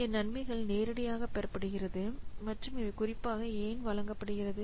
இங்கே நன்மைகள் நேரடியாக பெறப்படுகிறது மற்றும் இவை குறிப்பாக ஏன் வழங்கப்படுகிறது